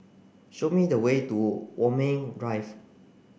show me the way to Walmer Drive